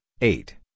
eight